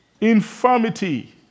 infirmity